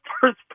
first